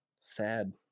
Sad